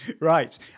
right